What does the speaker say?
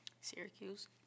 Syracuse